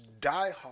diehard